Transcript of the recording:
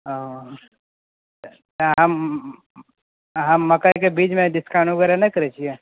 ओ हम हम मकइ के बीज मे डिस्काउंट वगैरह नहि करै छियै